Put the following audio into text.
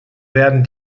werden